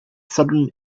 southern